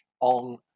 on